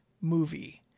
movie